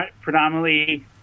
predominantly